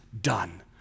done